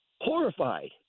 horrified